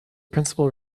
principal